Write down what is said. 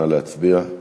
נא להצביע.